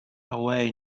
away